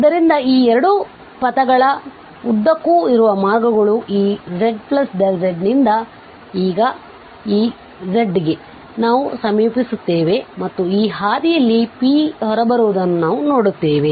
ಆದ್ದರಿಂದ ಈ 2 ಪಥಗಳ ಉದ್ದಕ್ಕೂ ಇರುವ 2 ಮಾರ್ಗಗಳು ಈ zz ನಿಂದ ಈ z ಗೆ ನಾವು ಸಮೀಪಿಸುತ್ತೇವೆ ಮತ್ತು ಈ ಹಾದಿಯಲ್ಲಿ P ಹೊರಬರುವುದನ್ನು ನಾವು ನೋಡುತ್ತೇವೆ